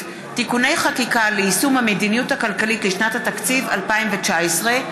(תיקוני חקיקה ליישום המדיניות הכלכלית לשנת התקציב 2019),